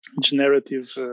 generative